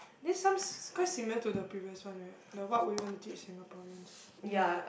then some s~ is quite similar to the previous one right the what would you want to teach Singaporeans something like that